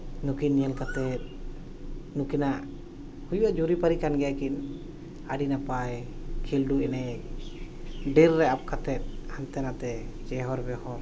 ᱱᱩᱠᱤᱱ ᱧᱮᱞ ᱠᱟᱛᱮᱫ ᱱᱩᱠᱤᱱᱟᱜ ᱦᱩᱭᱩᱜᱼᱟ ᱡᱩᱨᱤᱼᱯᱟᱹᱨᱤ ᱠᱟᱱ ᱜᱮᱭᱟ ᱠᱤᱱ ᱟᱹᱰᱤ ᱱᱟᱯᱟᱭ ᱠᱷᱤᱞᱰᱩ ᱮᱱᱮᱡ ᱰᱟᱹᱨ ᱨᱮ ᱟᱵ ᱠᱟᱛᱮᱫ ᱦᱟᱱᱛᱮ ᱱᱟᱛᱮ ᱪᱮᱦᱚᱨ ᱵᱮᱦᱚᱨ